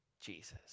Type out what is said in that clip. Jesus